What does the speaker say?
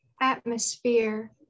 atmosphere